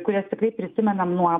kurias tikrai prisimenam nuo